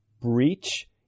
breach